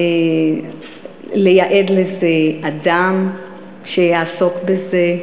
לייעד לזה אדם שיעסוק בזה.